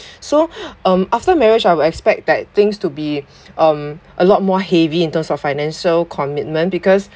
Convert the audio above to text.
so um after marriage I would expect that things to be um a lot more heavy in terms of financial commitment because